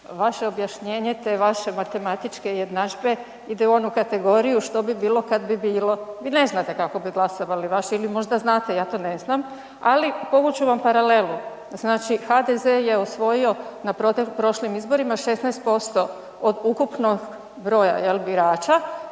vaše objašnjenje te vaše matematičke jednadžbe ide u onu kategoriju što bi bilo kada bi bilo. Vi ne znate kako bi glasovali vaši ili možda znate, ja to ne znam, ali povuć ću vam paralelu. Znači HDZ je usvojio na prošlim izborima 16% od ukupnog broja birača